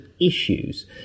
issues